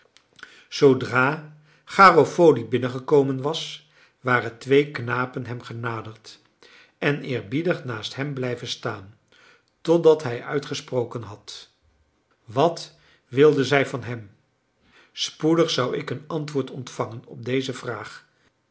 zoodra garofoli binnengekomen was waren twee knapen hem genaderd en eerbiedig naast hem blijven staan totdat hij uitgesproken had wat wilden zij van hem spoedig zou ik een antwoord ontvangen op deze vraag